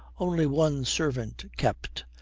only one servant kept,